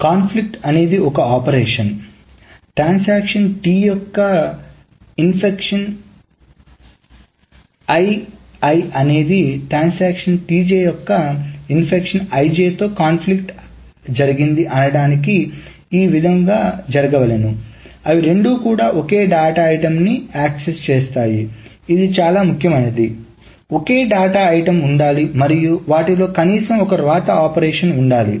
conflict అనేది ఒక operation transaction యొక్క ఇన్స్ట్రక్షన్ అనేది ట్రాన్సాక్షన్ యొక్క ఇన్స్ట్రక్షన్ తో కాన్ఫ్లిక్ట్ జరిగింది అనడానికి ఈ విధంగా జరగవలెను అవి రెండూ కూడా ఒకే డేటా ఐటమ్స్ ని యాక్సెస్ చేస్తాయి ఇది చాలా ముఖ్యమైనది ఒకే డేటా ఐటమ్ ఉండాలి మరియు వాటిలో కనీసం ఒక వ్రాత ఆపరేషన్ ఉండాలి